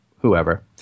whoever